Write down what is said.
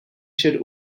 showed